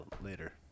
later